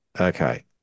okay